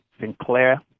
Sinclair